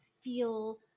feel